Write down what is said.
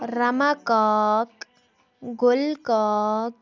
Rama Kak Gul Kak